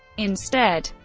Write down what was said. instead,